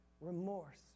remorse